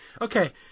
Okay